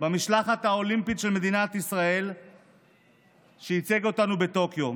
במשלחת האולימפית של מדינת ישראל שייצג אותנו בטוקיו.